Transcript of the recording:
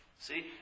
See